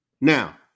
now